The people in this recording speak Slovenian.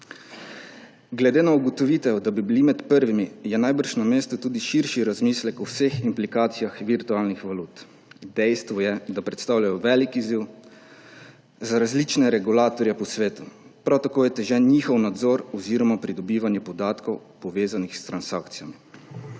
Glede na ugotovitev, da bi bili med prvimi, je najbrž na mestu tudi širši razmislek o vseh implikacijah virtualnih valut. Dejstvo je, da predstavljajo velik izziv za različne regulatorje po svetu. Prav tako je otežen njihov nadzor oziroma pridobivanje podatkov, povezanih s transakcijami.